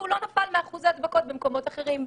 לא נפל מאחוז ההדבקות במקומות אחרים,